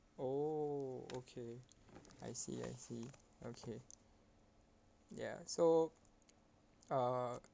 oh okay I see I see okay ya so uh